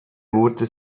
wurde